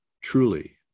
truly